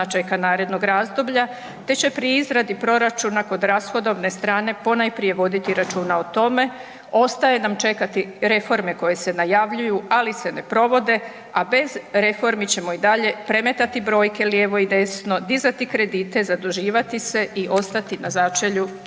značajka narednog razdoblja te će pri izradi proračuna kod rashodovne strane ponajprije voditi računa o tome, ostaje nam čekati reforme koje se najavljuju ali se ne provode, a bez reformi ćemo i dalje prematati brojke lijevo i desno, dizati kredite, zaduživati se i ostati na začelju